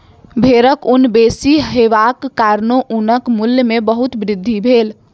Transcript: भेड़क ऊन बेसी हेबाक कारणेँ ऊनक मूल्य में बहुत वृद्धि भेल